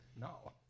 No